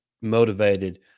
motivated